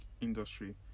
industry